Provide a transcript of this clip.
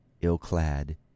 ill-clad